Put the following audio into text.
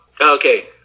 okay